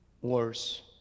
Wars